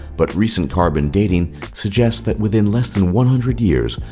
but recent carbon dating suggests that within less than one hundred years,